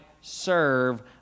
serve